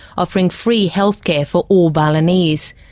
offering free health care for all balinese.